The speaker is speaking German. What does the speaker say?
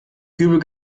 kübel